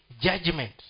judgment